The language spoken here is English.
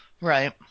Right